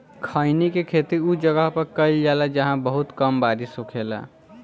खईनी के खेती उ जगह पर कईल जाला जाहां बहुत कम बारिश होखेला